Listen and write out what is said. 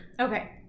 Okay